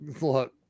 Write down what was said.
look